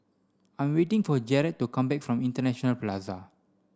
I'm waiting for Jered to come back from International Plaza